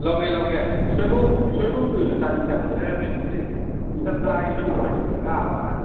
ꯂꯧꯒꯦ ꯂꯧꯒꯦ ꯁꯣꯏꯕꯨꯝ ꯁꯣꯏꯕꯨꯝꯗꯨꯗꯤ ꯆꯥꯅꯤꯡ ꯆꯥꯅꯤꯡ ꯂꯩꯔꯝꯅꯦ ꯍꯧꯖꯤꯛ ꯅꯤꯡꯊꯝ ꯊꯥꯒꯤ ꯁꯣꯏꯕꯨꯝ ꯏꯔꯣꯜꯂꯒꯕ ꯑꯁ